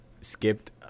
skipped